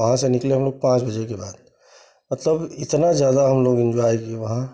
वहाँ से निकले होंगे पाँच बजे के बाद मतलब इतना ज़्यादा हम लोग इंजॉय किए वहाँ